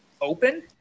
open